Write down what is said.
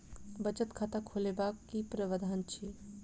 बचत खाता खोलेबाक की प्रावधान अछि?